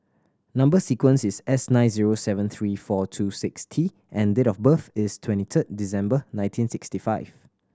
number sequence is S nine zero seven three four two six T and date of birth is twenty third December nineteen sixty five